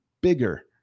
bigger